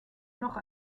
noch